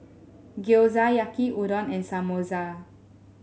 Gyoza Yaki Udon and Samosa